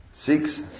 Six